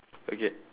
okay